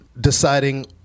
deciding